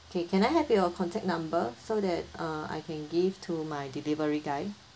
K can I have your contact number so that uh I can give to my delivery guy